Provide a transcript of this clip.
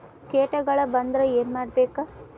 ಕೇಟಗಳ ಬಂದ್ರ ಏನ್ ಮಾಡ್ಬೇಕ್?